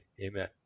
amen